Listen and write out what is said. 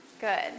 Good